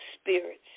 spirits